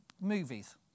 movies